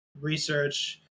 research